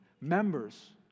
members